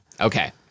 Okay